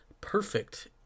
Perfect